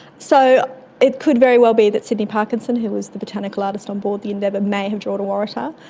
so it could very well be that sydney parkinson, who was the botanical artist on board the endeavour, may have drawn a waratah,